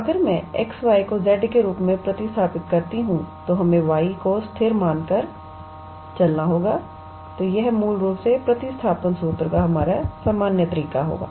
तो अगर मैं xy को z के रूप में प्रतिस्थापित करती हूं तो y को स्थिर मानकर चलें तो यह मूल रूप से प्रतिस्थापन सूत्र का हमारा सामान्य तरीका होगा